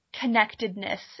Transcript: connectedness